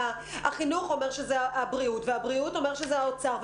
החינוך אומר שזה הבריאות והבריאות אומר שזה האוצר.